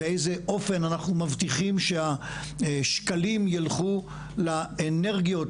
באיזה אופן אנחנו מבטיחים שהשקלים ילכו לאנרגיות,